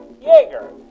Jaeger